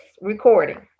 recording